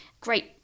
great